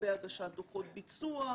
לגבי הגשת דוחות ביצוע,